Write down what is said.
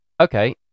Okay